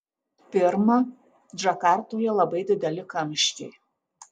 pirma džakartoje labai dideli kamščiai